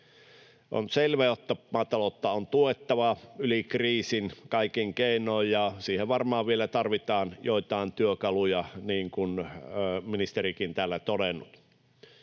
On selvää, että maataloutta on tuettava kriisin yli kaikin keinoin ja siihen varmaan vielä tarvitaan joitain työkaluja, niin kuin ministerikin täällä on todennut.